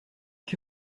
que